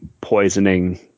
poisoning